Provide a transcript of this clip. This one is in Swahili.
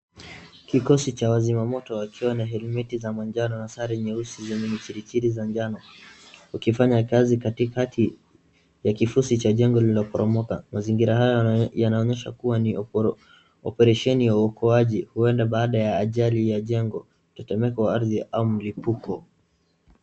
Kikosi cha wazima moto wakiwa na helimeti za manjano na sare nyeusi zenye michirichiri ya njano , wakifanya kazi katikati ya kifusi cha jengo lililoporomoka. Mazingira haya yanaonesha kuwa ni operesheni ya uokoaji huenda baada ya ajali ya jangwa mtetemeko wa ardhi au mlipuko.